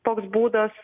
toks būdas